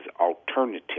alternative